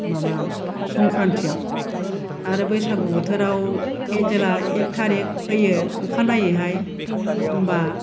माबा संक्रान्टिआव आरो बैसागु बोथोराव जेब्ला एक टारिख फैयो अखा नायैहाय होनबा